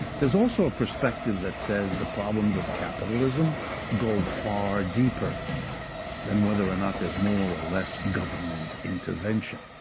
there's also a perspective that says the problems of capitalism go far deeper than whether or not there's more or less government intervention.